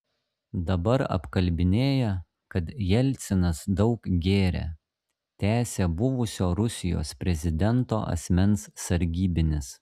dabar apkalbinėja kad jelcinas daug gėrė tęsė buvusio rusijos prezidento asmens sargybinis